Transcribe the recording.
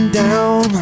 down